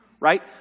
right